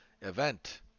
event